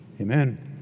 amen